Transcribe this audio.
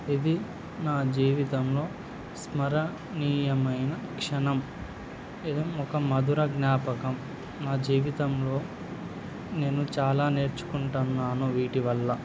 ఇది నా జీవితంలో స్మరణీయమైన క్షణం ఇది ఒక మధుర జ్ఞాపకం నా జీవితంలో నేను చాలా నేర్చుకుంటున్నాను వీటివల్ల